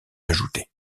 ajouté